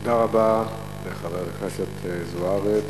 תודה רבה לחברת הכנסת זוארץ.